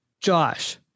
Josh